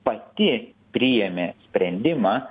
pati priėmė sprendimą